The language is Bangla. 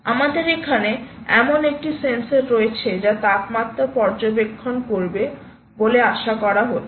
আমাদের এখানে এমন একটি সেন্সর রয়েছে যা তাপমাত্রা পর্যবেক্ষণ করবে বলে আশা করা হচ্ছে